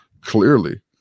clearly